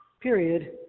period